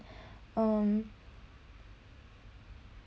um